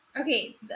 Okay